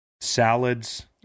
salads